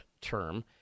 term